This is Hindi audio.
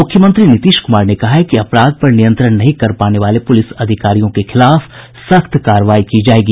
मुख्यमंत्री नीतीश कुमार ने कहा है कि अपराध पर नियंत्रण नहीं कर पाने वाले पुलिस अधिकारियों के खिलाफ सख्त कार्रवाई की जायेगी